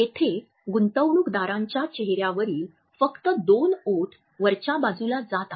येथे गुंतवणूकदारांच्या चेहऱ्यावरील फक्त दोन ओठ वरच्या बाजूला जात आहेत